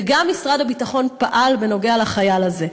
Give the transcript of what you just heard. וגם משרד הביטחון פעל בנוגע לחייל הזה.